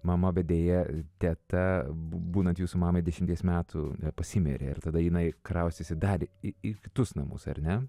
mama bet deja teta būnant jūs mamai dešimties metų pasimirė ir tada jinai kraustėsi dar į kitus namus ar ne